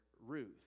Ruth